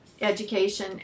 education